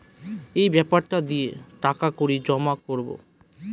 এই বেপারটা দিয়ে টাকা কড়ি জমা করাবো